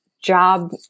job